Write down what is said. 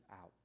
out